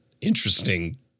interesting